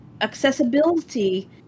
accessibility